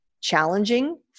challenging